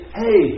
hey